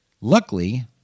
Luckily